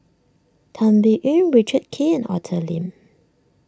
Tan Biyun Richard Kee and Arthur Lim